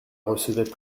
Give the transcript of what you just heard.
recevait